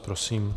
Prosím.